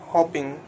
Hopping